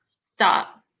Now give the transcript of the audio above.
stop